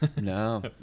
No